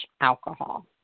alcohol